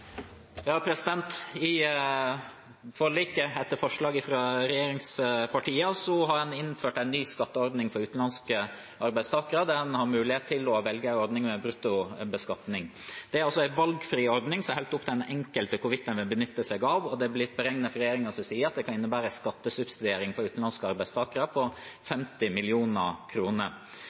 I forliket, etter forslag fra regjeringspartiene, har en innført en ny skatteordning for utenlandske arbeidstakere, der en har mulighet til å velge en ordning med bruttobeskatning. Det er en valgfri ordning, så det er opp til den enkelte hvorvidt en vil benytte seg av den. Det er blitt beregnet fra regjeringens side at det kan innebære en skattesubsidiering for utenlandske arbeidstakere på 50